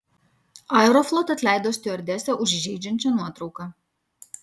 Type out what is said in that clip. aeroflot atleido stiuardesę už įžeidžiančią nuotrauką